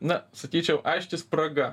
na sakyčiau aiški spraga